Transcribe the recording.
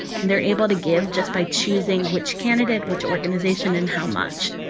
they're able to give just by choosing which candidate, which organization, and how much.